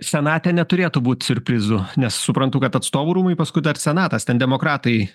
senate neturėtų būt siurprizų nes suprantu kad atstovų rūmai paskui dar senatas ten demokratai